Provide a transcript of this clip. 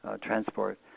transport